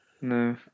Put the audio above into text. no